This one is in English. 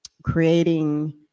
creating